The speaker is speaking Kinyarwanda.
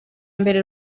mbere